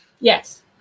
Yes